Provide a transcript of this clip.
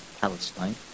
Palestine